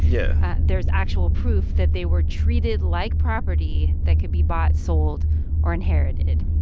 yeah there's actual proof that they were treated like property that could be bought, sold or inherited.